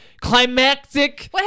climactic